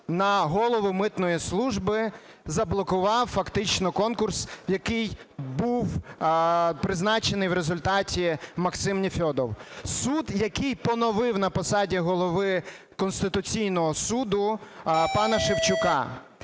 на голову митної служби, заблокував фактично конкурс, яким був призначений в результаті Максим Нефьодов, суд, який поновив на посаді Голови Конституційного Суду пана Шевчука,